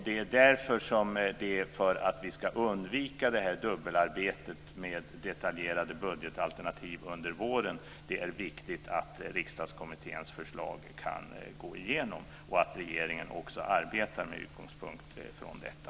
Det är för att vi ska undvika det dubbelarbetet med detaljerade budgetalternativ under våren som det är viktigt att Riksdagskommitténs förslag kan gå igenom och att regeringen också arbetar med utgångspunkt från detta.